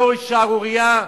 זוהי שערורייה,